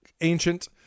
ancient